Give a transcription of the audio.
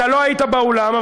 אתה לא היית באולם.